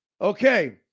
Okay